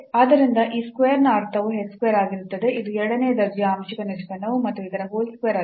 ಆದ್ದರಿಂದ ಈ square ನ ಅರ್ಥವು h square ಆಗಿರುತ್ತದೆ ಇದು ಎರಡನೇ ದರ್ಜೆಯ ಆಂಶಿಕ ನಿಷ್ಪನ್ನವು ಮತ್ತು ಇದರ whole square ಅಲ್ಲ